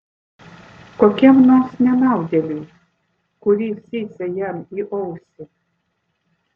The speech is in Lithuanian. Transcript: kokiam nors nenaudėliui kuris zyzia jam į ausį